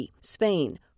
Spain